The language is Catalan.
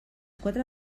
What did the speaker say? quatre